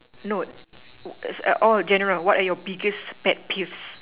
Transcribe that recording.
no all general what are your biggest pet peeves